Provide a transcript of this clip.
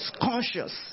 conscious